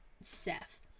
Seth